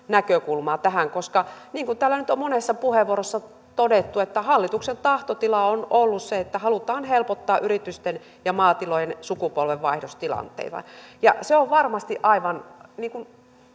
näkökulmaa tähän koska niin kuin täällä nyt on monessa puheenvuorossa todettu hallituksen tahtotila on ollut se että halutaan helpottaa yritysten ja maatilojen sukupolvenvaihdostilanteita se on varmasti aivan